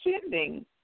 sending